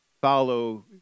follow